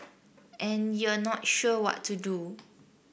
and you're not sure what to do